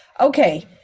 Okay